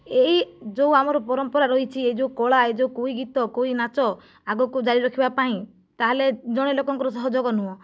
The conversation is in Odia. ଏହି ଯେଉଁ ଆମର ପରମ୍ପରା ରହିଛି ଏ ଯେଉଁ କଳା ଏ ଯେଉଁ କୁଇ ଗୀତ କୁଇ ନାଚ ଆଗକୁ ଜାରି ରଖିବା ପାଇଁ ତା'ହେଲେ ଜଣେ ଲୋକଙ୍କର ସହଯୋଗ ନୁହେଁ